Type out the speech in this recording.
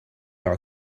are